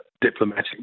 diplomatic